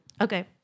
Okay